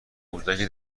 کودکی